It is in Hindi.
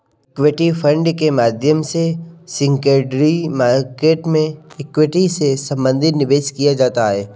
इक्विटी फण्ड के माध्यम से सेकेंडरी मार्केट में इक्विटी से संबंधित निवेश किया जाता है